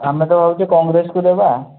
ଆମେ ତ ଭାବୁଛେ କଂଗ୍ରେସକୁ ଦେବା